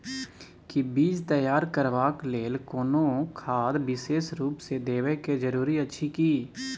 कि बीज तैयार करबाक लेल कोनो खाद विशेष रूप स देबै के जरूरी अछि की?